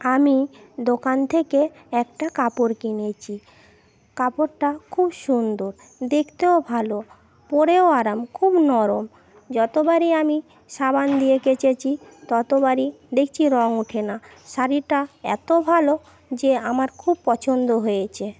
আমি দোকান থেকে একটা কাপড় কিনেছি কাপড়টা খুব সুন্দর দেখতেও ভালো পরেও আরাম খুব নরম যতবারই আমি সাবান দিয়ে কেচেছি ততবারই দেখছি রঙ ওঠে না শাড়িটা এত ভালো যে আমার খুব পছন্দ হয়েছে